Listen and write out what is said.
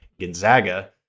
Gonzaga